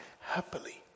happily